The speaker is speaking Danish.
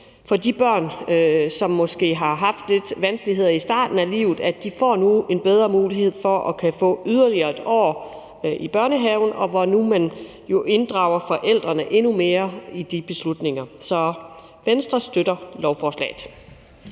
for de børn, som måske har haft lidt vanskeligheder i starten af livet, at børn nu får en bedre mulighed for at kunne få yderligere et år i børnehaven, og at man nu inddrager forældrene endnu mere i de beslutninger. Så Venstre støtter lovforslaget.